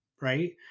right